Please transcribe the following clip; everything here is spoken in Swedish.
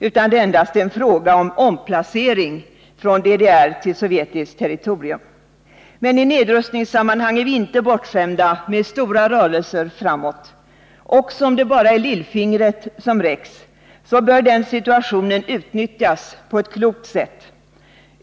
Det är endast fråga om omplacering från DDR till sovjetiskt territorium. Men i nedrustningssammanhang är vi inte bortskämda med stora rörelser framåt. Också om det bara är lillfingret som räcks fram bör den situationen utnyttjas på ett klokt sätt.